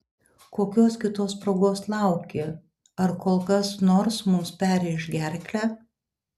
kokios kitos progos lauki ar kol kas nors mums perrėš gerklę